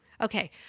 Okay